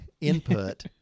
input